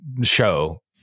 show